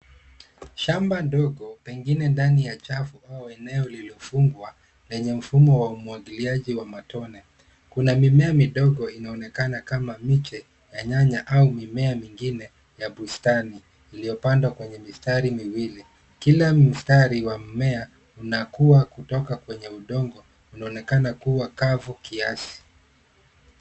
Shamba ndogo pengine ndani ya chafu au eneo lililofungwa, lenye mfumo wa umwagiliaji wa matone. Kuna mimea midogo inaonekana kama miche ya nyanya au mimea mingine ya bustani, iliyopandwa kwenye mistari miwili. Kila mstari wa mmea unakua kutoka kwenye udongo, unaonekana kua kavu kiasi.